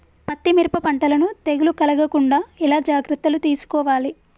పత్తి మిరప పంటలను తెగులు కలగకుండా ఎలా జాగ్రత్తలు తీసుకోవాలి?